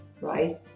right